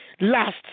last